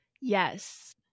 Yes